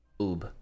Oob